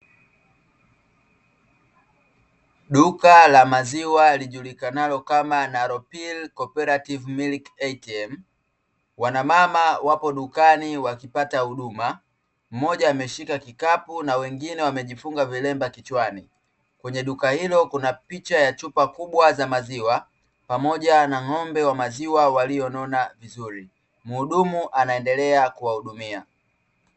Duka la maziwa lijulikanalo kama "NAROPIL COOPERATIVE MILK ATM". Wanamama wapo dukani wakipata huduma, mmoja ameshika kikapu na wengine wamejifunga vilemba kichwani. Kwenye duka hilo kuna picha ya chupa kubwa za maziwa, pamoja na ng'ombe wa maziwa walionona vizuri. Mhudumu anaendelea kuwahudumia.